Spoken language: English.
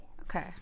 Okay